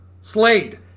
Slade